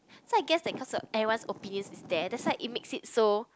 so I guess that cause the everyone opinions is there that's why it makes it so